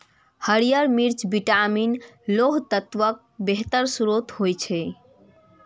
हरियर मिर्च विटामिन, लौह तत्वक बेहतर स्रोत होइ छै